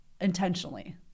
intentionally